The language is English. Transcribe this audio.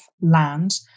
land